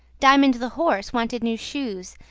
diamond the horse wanted new shoes,